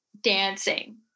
dancing